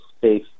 safe